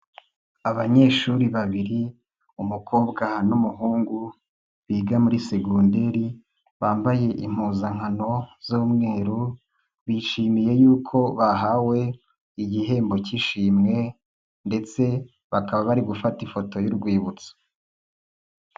Abanyeshuri babiri umukobwa n'umuhungu biga muri segonderi, bambaye impuzankano z'umweru, bishimiye y'uko bahawe igihembo cy'ishimwe ndetse bakaba bari gufata ifoto y'urwibutso.